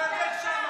תנוח דעתך.